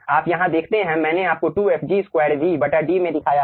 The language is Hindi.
आप यहाँ देखते हैं मैंने आपको 2fG2VD में दिखाया है